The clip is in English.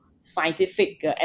scientific